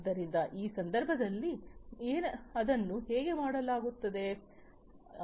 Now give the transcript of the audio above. ಆದ್ದರಿಂದ ಈ ಸಂದರ್ಭದಲ್ಲಿ ಅದನ್ನು ಹೇಗೆ ಮಾಡಲಾಗುತ್ತದೆ